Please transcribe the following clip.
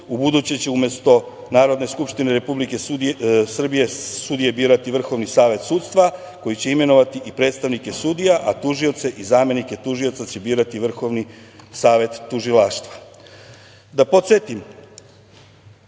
Ubuduće će umesto Narodne skupštine Republike Srbije sudije birati Vrhovni savet sudstva koji će imenovati i predstavnike sudija, a tužioce i zamenike tužioca će birati Vrhovni savet tužilaštva. Da posetim